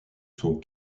sont